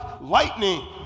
lightning